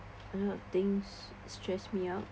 a lot of things what stress me out